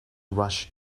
rush